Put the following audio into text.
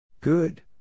Good